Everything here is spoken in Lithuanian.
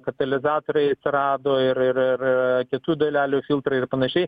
katalizatoriai atsirado ir ir ir kitų dalelių filtrai ir panašiai